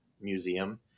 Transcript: museum